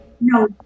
no